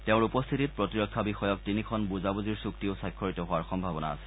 তেওঁৰ উপস্থিতিত প্ৰতিৰক্ষা বিষয়ক তিনিখন বুজাবুজিৰ চুক্তিও স্বাক্ষৰিত হোৱাৰ সম্ভাৱনা আছে